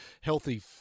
healthy